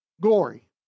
glory